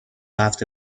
هفته